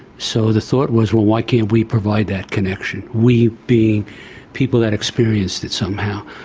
so the thought was, well why can't we provide that connection? we being people that experienced it somehow.